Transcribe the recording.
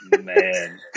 Man